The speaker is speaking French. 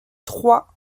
trois